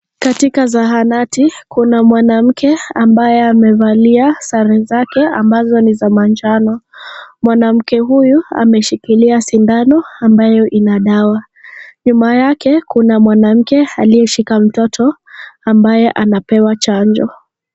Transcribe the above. Katika zahanati kuna mwanamke ambaye amevalia sare zake ambazo ni za manjano. Mwanamke huyu ameshikilia sindano ambayo ina dawa. Nyuma yake kuna mwanamke aliyeshika mtoto ambaye anapewa chanjo.